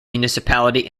municipality